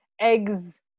eggs